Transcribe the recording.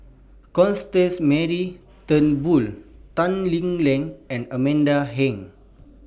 Constance Mary Turnbull Tan Lee Leng and Amanda Heng